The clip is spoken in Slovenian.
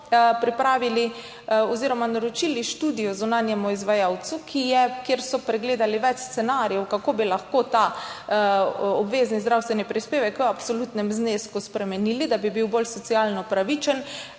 zdravje smo naročili študijo zunanjemu izvajalcu, kjer so pregledali več scenarijev, kako bi lahko ta obvezni zdravstveni prispevek v absolutnem znesku spremenili, da bi bil bolj socialno pravičen.